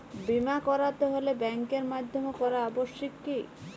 বিমা করাতে হলে ব্যাঙ্কের মাধ্যমে করা আবশ্যিক কি?